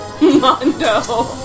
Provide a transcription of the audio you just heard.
Mondo